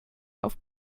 auf